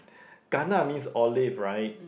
gana means olive right